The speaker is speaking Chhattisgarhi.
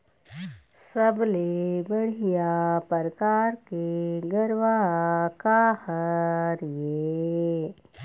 सबले बढ़िया परकार के गरवा का हर ये?